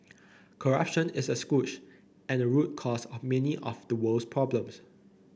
corruption is a scourge and a root cause of many of the world's problems